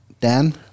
Dan